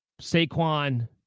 Saquon